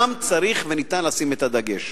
שם צריך וניתן לשים את הדגש?